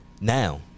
Now